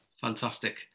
Fantastic